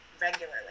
regularly